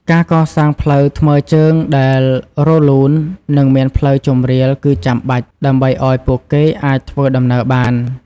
ការកសាងផ្លូវថ្មើរជើងដែលរលូន និងមានផ្លូវជម្រាលគឺចាំបាច់ ដើម្បីឱ្យពួកគេអាចធ្វើដំណើរបាន។